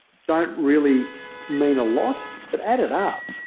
don't really mean a lot. but add it up,